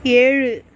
ஏழு